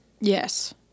Yes